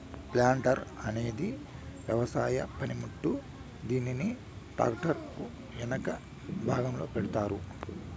planter అనేది వ్యవసాయ పనిముట్టు, దీనిని ట్రాక్టర్ కు ఎనక భాగంలో పెడతారు